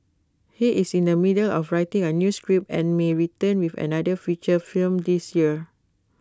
he is in the middle of writing A new script and may return with another feature film this year